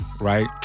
right